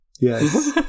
Yes